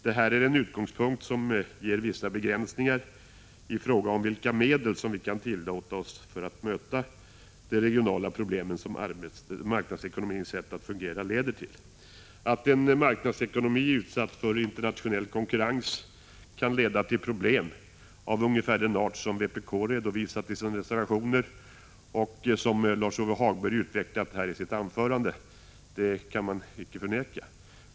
Det här är en utgångspunkt som ger vissa begränsningar i fråga om vilka medel som vi kan tillåta oss för att möta de regionala problem som marknadsekonomins sätt att fungera leder till. Att en marknadsekonomi utsatt för internationell konkurrens kan medföra problem av ungefär den art som vpk har redovisat i sina reservationer och som Lars-Ove Hagberg har utvecklat i sitt anförande vill jag inte förneka.